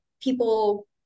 people